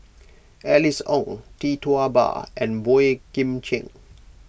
Alice Ong Tee Tua Ba and Boey Kim Cheng